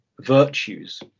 virtues